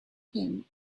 him